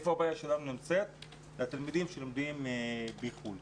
הבעיה שלנו היא עם התלמידים שלומדים בחוץ לארץ.